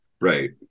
right